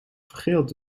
vergeeld